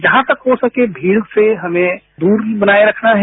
जहां तक हो सके भीड़ से हमें दूरी बनाए रखना है